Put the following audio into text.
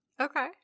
Okay